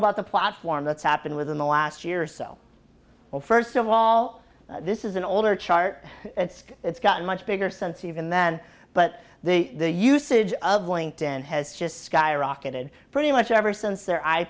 about the platform that's happened within the last year or so or first of all this is an older chart it's gotten much bigger sense even then but the usage of linked in has just skyrocketed pretty much ever since their i